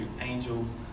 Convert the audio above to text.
angels